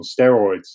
steroids